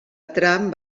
tram